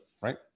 Right